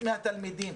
מהתלמידים.